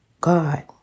God